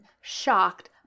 shocked